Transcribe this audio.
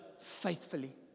faithfully